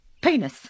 Penis